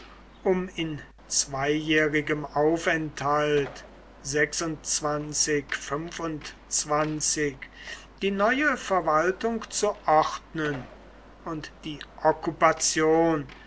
um in zweijährigem aufenthalt die neue verwaltung zu ordnen und die